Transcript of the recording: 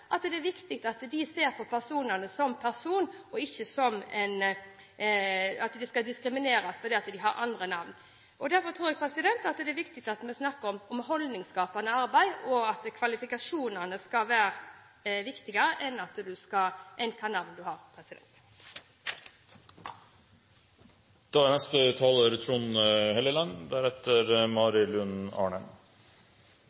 er det viktig at man ser på personene som personer, og ikke som noen som skal diskrimineres fordi de har andre navn. Derfor tror jeg det er viktig at vi snakker om holdningsskapende arbeid, og at kvalifikasjonene skal være viktigere enn hvilket navn man har. Takk til interpellanten for å reise en viktig debatt. Dette er jo debatter som vi har